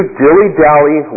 dilly-dally